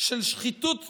של שחיתות ציבורית,